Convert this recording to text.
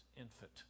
infant